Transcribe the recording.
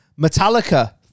Metallica